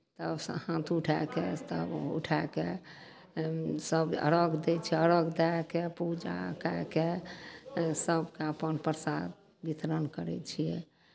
तब सभ हाथ उठाय कऽ तब उठाय कऽ तब सभ अरघ दै छै अरघ दए कऽ पूजा कए कऽ तब सभ अपन प्रसाद वितरण करै छियै